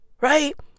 right